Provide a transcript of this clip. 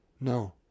no